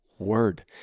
word